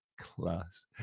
Class